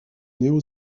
néo